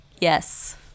yes